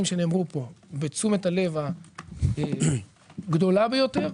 שנאמרו פה בתשומת הלב הגדולה ביותר,